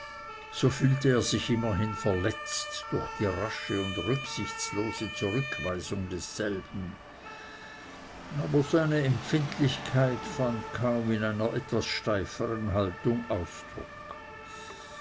so fühlte er sich immerhin verletzt durch die rasche und rücksichtslose zurückweisung desselben aber seine empfindlichkeit fand kaum in einer etwas steifern haltung ausdruck